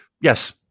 Yes